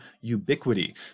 Ubiquity